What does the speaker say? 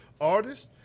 artist